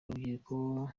urubyiruko